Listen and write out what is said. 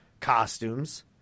costumes